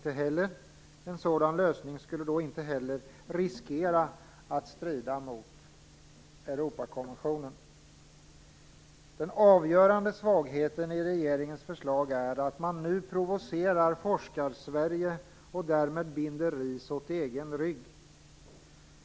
En sådan lösning skulle inte heller riskera att strida mot Europakonventionen. Den avgörande svagheten i regeringens förslag är att man nu provocerar Forskarsverige och därmed binder ris åt egen rygg.